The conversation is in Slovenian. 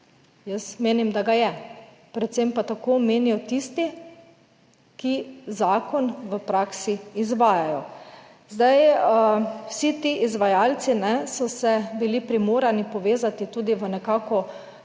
jaz menim, da ga je. Predvsem pa tako menijo tisti, ki zakon v praksi izvajajo. Zdaj vsi ti izvajalci so se bili primorani povezati tudi v nekako